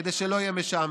כדי שלא יהיה משעמם.